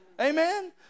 Amen